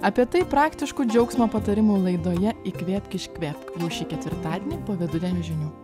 apie tai praktiškų džiaugsmo patarimų laidoje įkvėpk iškvėpk jau šį ketvirtadienį po vidudienio žinių